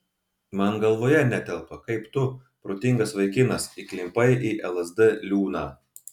man galvoje netelpa kaip tu protingas vaikinas įklimpai į lsd liūną